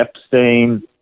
Epstein